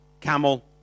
camel